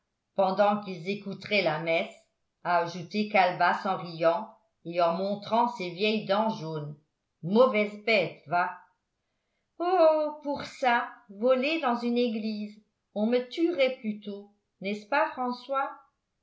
pendant qu'ils écouteraient la messe a ajouté calebasse en riant et en montrant ses vieilles dents jaunes mauvaise bête va oh pour ça voler dans une église on me tuerait plutôt n'est-ce pas françois